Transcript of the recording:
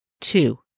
Two